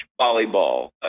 volleyball